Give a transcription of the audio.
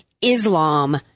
Islam